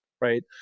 right